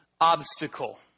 obstacle